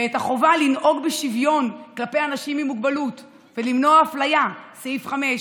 ולחובה לנהוג בשוויון כלפי אנשים עם מוגבלות ולמנוע אפליה בסעיף 5,